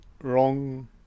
wrong